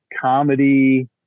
comedy